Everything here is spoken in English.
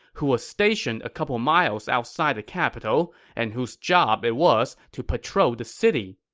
who was stationed a couple miles outside the capital and whose job it was to patrol the city.